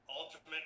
ultimate